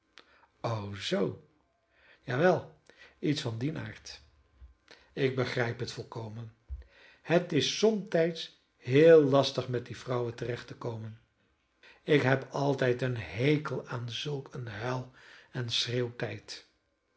o zoo ja wel iets van dien aard ik begrijp het volkomen het is somtijds heel lastig met die vrouwen terecht te komen ik heb altijd een hekel aan zulk een huil en schreeuwtijd